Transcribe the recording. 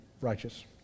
righteous